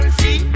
see